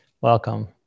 welcome